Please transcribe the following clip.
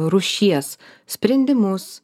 rūšies sprendimus